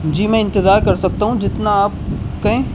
جی میں انتظار کر سکتا ہوں جتنا آپ کہیں